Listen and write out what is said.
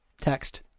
text